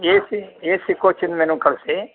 AC AC ಕೋಚಿಂದು menu ಕಳಿಸಿ